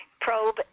probe